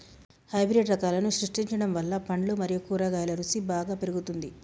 hybrid రకాలను సృష్టించడం వల్ల పండ్లు మరియు కూరగాయల రుసి బాగా పెరుగుతుంది